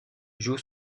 joue